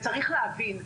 צריך להבין,